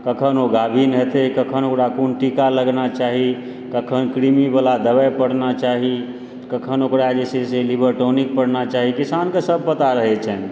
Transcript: कखन ओ गाभिन हेतय कखन ओकरा कोन टीका लगना चाही कखन कृमि वाला दबाइ पड़ना चाही कखन ओकरा जे छै से लिवर टॉनिक पड़ना चाही किसानके सब पता रहय छनि